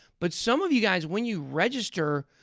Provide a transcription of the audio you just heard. but some of you guys when you register,